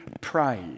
pray